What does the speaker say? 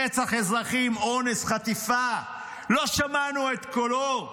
רצח אזרחים, אונס, חטיפה, לא שמענו את קולו.